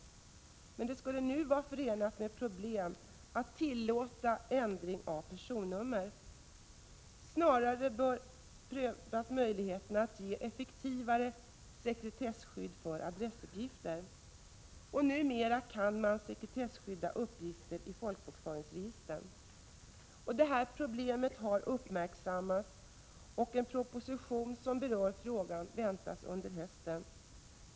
Men det skulle nu vara förenat med problem att tillåta ändring av personnummer. Snarare bör möjligheterna prövas att ge ett effektivare sekretesskydd för adressuppgifter. Numera kan man sekretesskydda uppgifterna i folkbokföringsregistren. Detta problem har uppmärksammats, och en proposition som berör frågan väntas under hösten.